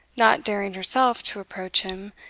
not daring herself to approach him,